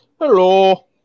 Hello